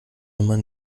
immer